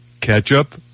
ketchup